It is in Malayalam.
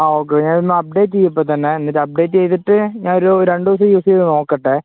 ആ ഓക്കെ ഞാനൊന്ന് അപ്ഡേറ്റ് ചെയ്യട്ടെ ഇപ്പോള്ത്തന്നെ എന്നിട്ട് അപ്ഡേറ്റ് ചെയ്തിട്ട് ഞാനൊരു രണ്ട് ദിവസം യൂസ് ചെയ്തുനോക്കട്ടെ